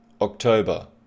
October